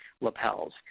lapels